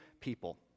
people